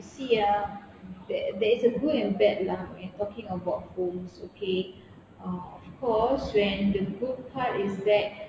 see ah there there is a good and bad lah when talking about phones okay uh cause when the good part is that